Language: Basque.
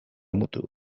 mutu